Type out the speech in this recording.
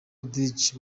djs